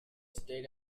stayed